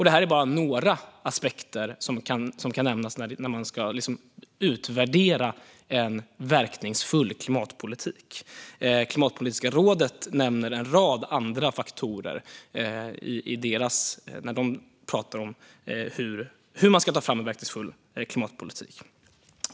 Det här är bara några aspekter som kan nämnas när man ska utvärdera en verkningsfull klimatpolitik. Klimatpolitiska rådet nämner även en rad andra faktorer när de pratar om hur man ska ta fram en verkningsfull klimatpolitik.